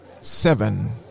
seven